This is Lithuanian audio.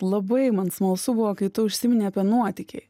labai man smalsu buvo kai tu užsiminei apie nuotykiai